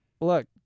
Look